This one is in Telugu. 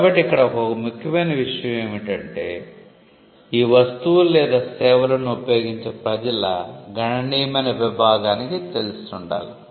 కాబట్టి ఇక్కడ ఒక ముఖ్యమైన విషయం ఏమిటంటే ఈ వస్తువులు లేదా సేవలను ఉపయోగించే ప్రజల గణనీయమైన విభాగానికి ఇది తెలిసి ఉండాలి